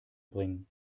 bringen